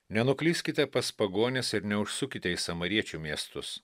nenuklyskite pas pagonis ir neužsukite į samariečių miestus